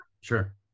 Sure